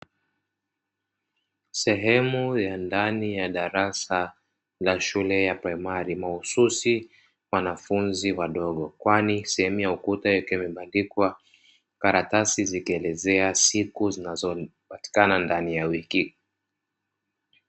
Sehemu ya ndani ya darasa ya shule ya msingi, mahususi wanafunzi wadogo kwani sehemu ya ukuta ikiwa imebandikwa karatasi zikielezea siku zinazopatikana ndani ya wiki.